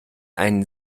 einen